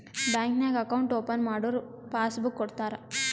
bank ನಾಗ್ account open ಮಾಡುರ್ passbook ಕೊಡ್ತಾರ